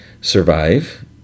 survive